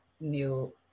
new